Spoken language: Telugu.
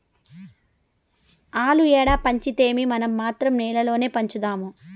ఆల్లు ఏడ పెంచితేమీ, మనం మాత్రం నేల్లోనే పెంచుదాము